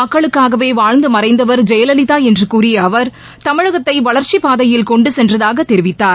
மக்களுக்காகவே வாழ்ந்து மறைந்தவர் ஜெயலலிதா என்று கூறிய அவர் தமிழகத்தை வளர்ச்சிப் பாதையில் கொண்டு சென்றதாகத் தெரிவித்தார்